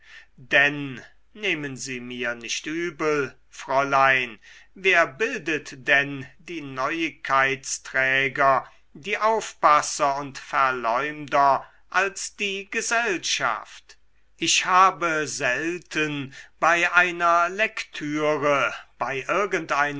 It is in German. denn nehmen sie mir nicht übel fräulein wer bildet denn die neuigkeitsträger die aufpasser und verleumder als die gesellschaft ich habe selten bei einer lektüre bei irgendeiner